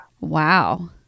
Wow